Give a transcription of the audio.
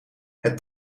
het